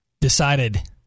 decided